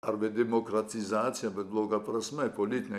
arba demokratizacija bet bloga prasme politine